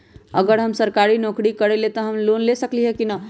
अगर हम सरकारी नौकरी करईले त हम लोन ले सकेली की न?